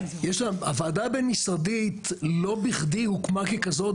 הוועדה הבין משרדית לא בכדי הוקמה ככזאת.